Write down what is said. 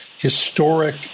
historic